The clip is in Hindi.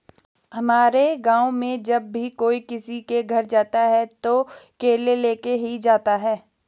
हमारे गाँव में जब भी कोई किसी के घर जाता है तो केले लेके ही जाता है